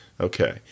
Okay